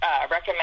recommend